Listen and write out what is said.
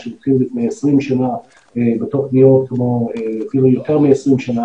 מה שהתחיל לפני 20 שנה ואפילו לפני יותר מ-20 שנה,